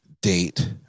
date